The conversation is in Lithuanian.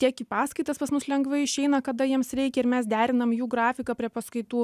tiek į paskaitas pas mus lengvai išeina kada jiems reikia ir mes derinam jų grafiką prie paskaitų